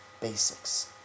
basics